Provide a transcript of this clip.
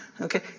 Okay